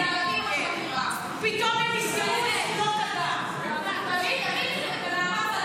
פתאום אתם מזדעקים על חקירה.